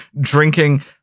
drinking